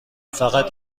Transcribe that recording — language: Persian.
فقط